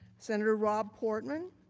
senator rob portman,